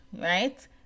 right